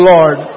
Lord